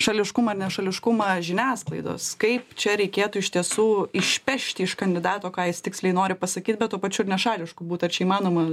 šališkumą ir nešališkumą žiniasklaidos kaip čia reikėtų iš tiesų išpešti iš kandidato ką jis tiksliai nori pasakyt bet tuo pačiu nešališku būtų įmanoma